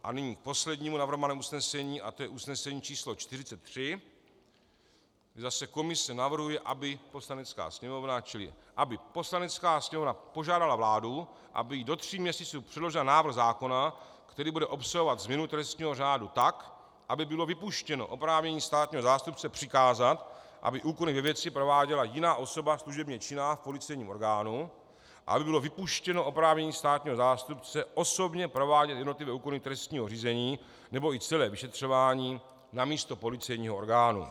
A nyní k poslednímu navrhovanému usnesení a to je usnesení číslo 43, kdy zase komise navrhuje, aby Poslanecká sněmovna požádala vládu, aby jí do tří měsíců předložila návrh zákona, který bude obsahovat změnu trestního řádu tak, aby bylo vypuštěno oprávnění státního zástupce přikázat, aby úkony ve věci prováděla jiná osoba služebně činná v policejním orgánu a aby bylo vypuštěno oprávnění státního zástupce osobně provádět jednotlivé úkony trestního řízení nebo i celé vyšetřování namísto policejního orgánu.